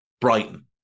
Brighton